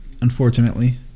Unfortunately